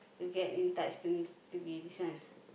to get in touch with to be this one